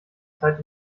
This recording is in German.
zeit